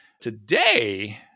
Today